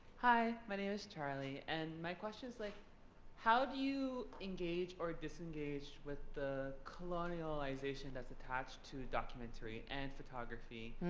hi, my name is charlie. and my question is like how do you engage or disengage with the colonialization that's attached to documentary and photography?